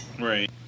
Right